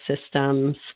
systems